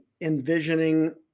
envisioning